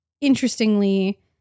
interestingly